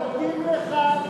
לא מתאים לך,